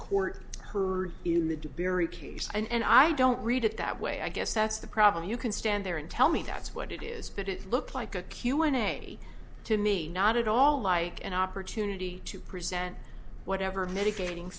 court heard in the to bury case and i don't read it that way i guess that's the problem you can stand there and tell me that's what it is but it looked like a q and a to me not at all like an opportunity to present whatever medicating